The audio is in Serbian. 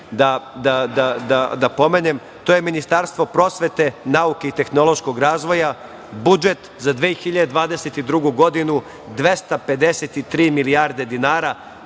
da pomenem to je Ministarstvo prosvete, nauke i tehnološkog razvoja. Budžet za 2022. godinu je 253 milijarde dinara.